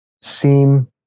seem